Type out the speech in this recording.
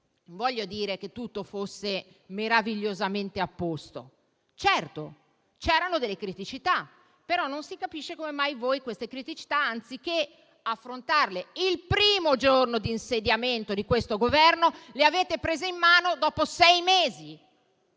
voglio dire che tutto fosse meravigliosamente a posto; certo, c'erano delle criticità, ma non si capisce come mai voi queste criticità, anziché affrontarle il primo giorno di insediamento di questo Governo, le avete prese in mano dopo sei mesi.